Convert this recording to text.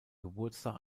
geburtstag